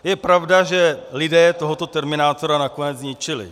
Je pravda, že lidé tohoto terminátora nakonec zničili.